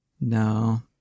No